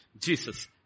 Jesus